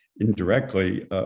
indirectly